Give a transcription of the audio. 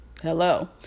hello